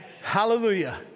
Hallelujah